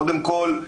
קודם כול,